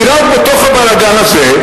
כי רק בתוך הבלגן הזה,